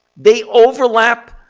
they overlap,